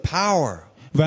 power